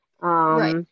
Right